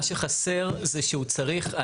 מה שחסר זה שהוא צריך,